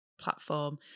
platform